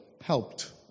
helped